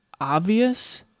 obvious